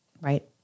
Right